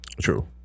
True